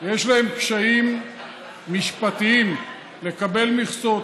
יש להם קשיים משפטיים לקבל מכסות,